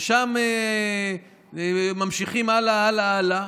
ושם ממשיכים הלאה, הלאה, הלאה.